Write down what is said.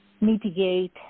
mitigate